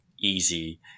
easy